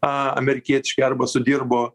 a amerikietiški arba sudirbo